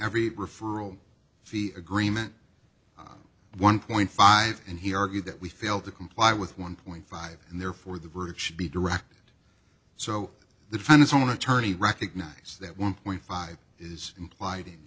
every referral fee agreement one point five and he argued that we failed to comply with one point five and therefore the verdict should be directed so the define its own attorney recognize that one point five is implied in